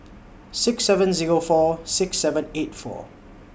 six seven Zero four six seven eight four